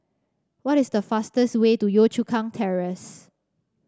what is the fastest way to Yio Chu Kang Terrace